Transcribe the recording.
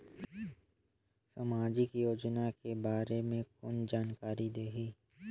समाजिक योजना के बारे मे कोन जानकारी देही?